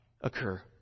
occur